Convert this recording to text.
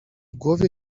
głowie